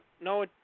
no